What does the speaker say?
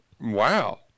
wow